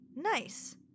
nice